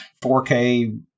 4K